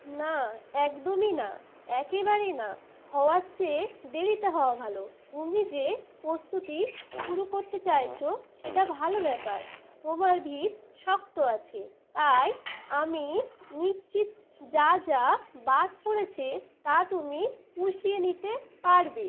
না একদমই না একেবারেই না হওয়ার চেয়ে দেরিতে হওয়া ভালো তুমি যে প্রস্তুতি শুরু কোত্তে চাইছো সেটা ভালো ব্যাপার তোমার ভিত শক্ত আছে তাই আমি নিচ্চিত যা যা বাদ পড়েছে তা তুমি পুষিয়ে নিতে পারবে